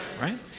right